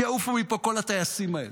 שיעופו מפה כל הטייסים האלה,